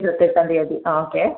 ഇരുപത്തെട്ടാം തീയതി ആ ഓക്കെ